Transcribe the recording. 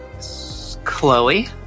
Chloe